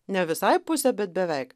ne visai pusė bet beveik